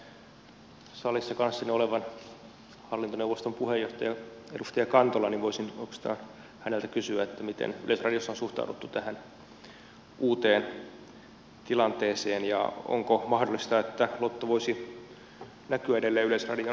kun tässä näyttää salissa kanssani olevan hallintoneuvoston puheenjohtaja edustaja kantola niin voisin oikeastaan häneltä kysyä miten yleisradiossa on suhtauduttu tähän uuteen tilanteeseen ja onko mahdollista että lotto voisi näkyä edelleen yleisradion kanavilla